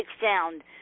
sound